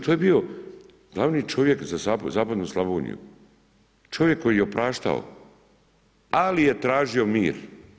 To je bio glavni čovjek za zapadnu Slavoniju, čovjek koji je opraštao, ali je tražio mir.